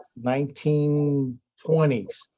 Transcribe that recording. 1920s